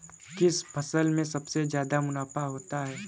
किस फसल में सबसे जादा मुनाफा होता है?